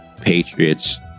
Patriots